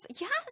Yes